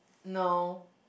no